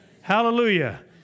Hallelujah